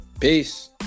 peace